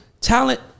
talent